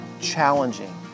challenging